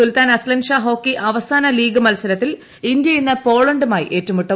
സുൽത്താൻ Azlan Shah hockey അവസാന league മത്സരത്തിൽ India ഇന്ന് പോളണ്ടുമായി ഏറ്റുമുട്ടും